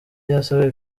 yasabwe